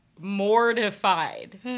mortified